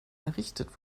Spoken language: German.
errichtet